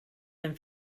and